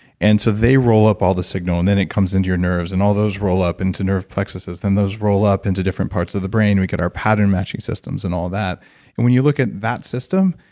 and so they roll up all the signal and then it comes into your nerves. and all those roll up into nerve plexuses, then those roll up into different parts of the brain, we get our pattern matching systems and all that and when you look at that system,